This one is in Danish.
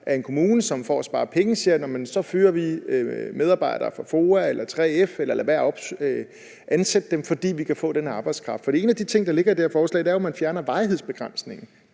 en kommune, som for at spare penge siger: Jamen så fyrer vi medarbejdere fra FOA eller fra 3F eller lader være med at ansætte dem, fordi vi kan få den her arbejdskraft. For de ting, der ligger i det her forslag, er jo, at man fjerner varighedsbegrænsningen.